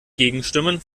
gegenstimmen